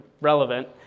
relevant